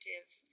active